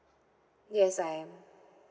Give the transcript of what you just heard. yes I am